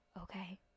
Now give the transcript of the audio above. okay